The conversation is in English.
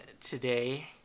today